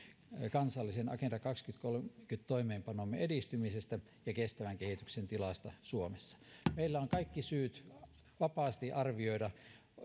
kansallisen agenda kaksituhattakolmekymmentä toimeenpanomme edistymisestä ja kestävän kehityksen tilasta suomessa meillä on kaikki syyt vapaasti arvioida